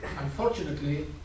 Unfortunately